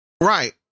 Right